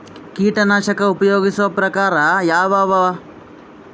ಕೀಟನಾಶಕ ಉಪಯೋಗಿಸೊ ಪ್ರಕಾರ ಯಾವ ಅವ?